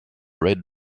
red